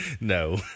No